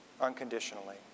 unconditionally